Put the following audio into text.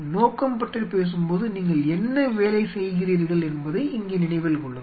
நோக்கம் பற்றி பேசும்போது நீங்கள் என்ன வேலை செய்கிறீர்கள் என்பதை இங்கே நினைவில் கொள்ளுங்கள்